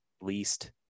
least